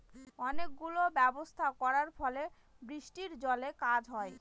অনেক গুলো ব্যবস্থা করার ফলে বৃষ্টির জলে কাজ হয়